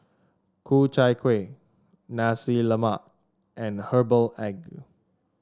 Ku Chai Kueh Nasi Lemak and Herbal Egg